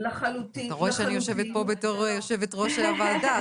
אתה רואה שאני יושבת פה בתור יושב ראש הוועדה,